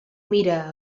mira